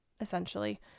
essentially